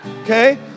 Okay